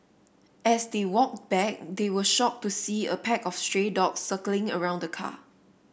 as they walked back they were shocked to see a pack of stray dogs circling around the car